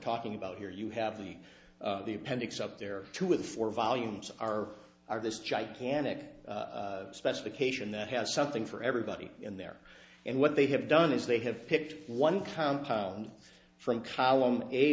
talking about here you have the the appendix up there too with four volumes are are this gigantic specification that has something for everybody in there and what they have done is they have picked one compound from column a